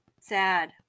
Sad